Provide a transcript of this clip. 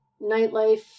nightlife